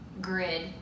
grid